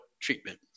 Treatment